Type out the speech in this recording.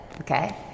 okay